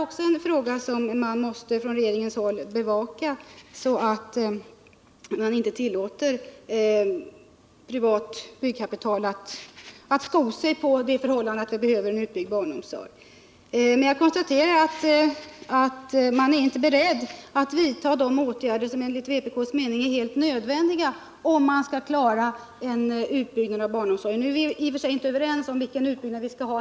Också detta är en fråga som regeringen måste bevaka, så att man inte tillåter privat byggkapital att sko sig på att vi behöver Jag konstaterar att regeringen inte är beredd att vidta de åtgärder som enligt vpk:s mening är helt nödvändiga, om man skall klara en utbyggnad av barnomsorgen. Vi är inte heller överens om vilken utbyggnad vi bör ha.